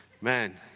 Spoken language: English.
Man